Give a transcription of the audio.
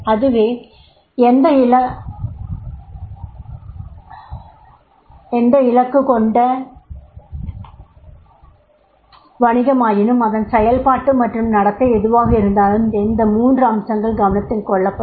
அதுவே எந்த இலக்கு கொண்ட வணிகமாயினும் அதன் செயல்பாட்டு மற்றும் நடத்தை எதுவாக இருந்தாலும் இந்த மூன்று அம்சங்கள் கவனத்தில் கொள்ளபடும்